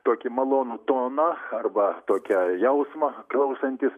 tokį malonų toną arba tokią jausmą klausantis